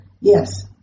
yes